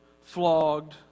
flogged